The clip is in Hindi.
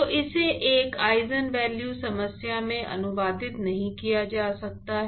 तो इसे एक आइजन वैल्यू समस्या में अनुवादित नहीं किया जा सकता है